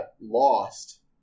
lost